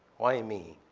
why me?